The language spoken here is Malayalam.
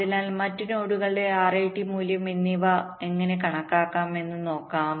അതിനാൽ മറ്റ് നോഡുകളുടെ RAT മൂല്യം എങ്ങനെ കണക്കാക്കാം എന്ന് നോക്കാം